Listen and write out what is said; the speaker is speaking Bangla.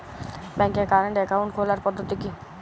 ব্যাংকে কারেন্ট অ্যাকাউন্ট খোলার পদ্ধতি কি?